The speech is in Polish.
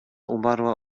umarła